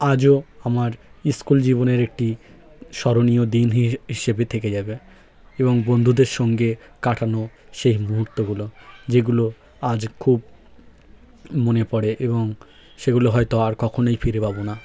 আজও আমার স্কুল জীবনের একটি স্মরণীয় দিন হিসেবে থেকে যাবে এবং বন্ধুদের সঙ্গে কাটানো সেই মূহূর্তগুলো যেগুলো আজ খুব মনে পড়ে এবং সেগুলো হয়তো আর কখনোই ফিরে পাব না